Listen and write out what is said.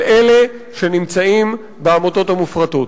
על אלה שנמצאים בעמותות המופרטות.